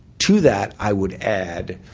to that, i would add